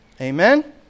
Amen